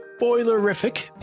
spoilerific